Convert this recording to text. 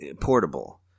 portable